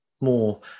more